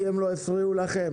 כי הם לא הפריעו לכם.